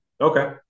okay